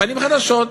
פנים חדשות,